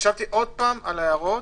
ישבתי שוב על ההערות,